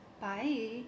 Bye